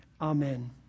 Amen